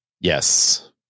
Yes